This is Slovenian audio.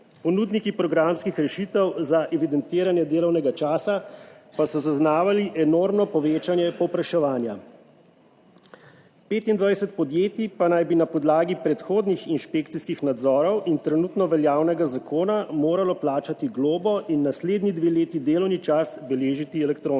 Ponudniki programskih rešitev za evidentiranje delovnega časa pa so zaznavali enormno povečanje povpraševanja, 25 podjetij pa naj bi na podlagi predhodnih inšpekcijskih nadzorov in trenutno veljavnega zakona moralo plačati globo in naslednji dve leti delovni čas beležiti elektronsko.